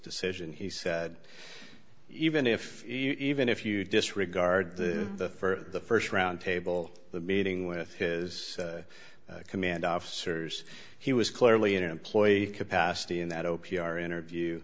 decision he said even if even if you disregard the the for the st round table the meeting with his command officers he was clearly in an employee capacity in that opi our interview